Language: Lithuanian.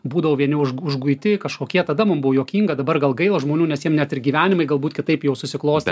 būdavo vieni už užguiti kažkokie tada mum buvo juokinga dabar gal gaila žmonių nes jiem net ir gyvenimai galbūt kitaip jau susiklostė